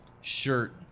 shirt